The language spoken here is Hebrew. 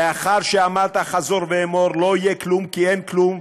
לאחר שאמרת חזור ואמור: לא יהיה כלום כי אין כלום,